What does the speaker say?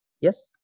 Yes